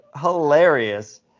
hilarious